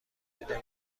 بوده